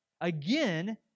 again